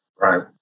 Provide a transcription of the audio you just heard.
Right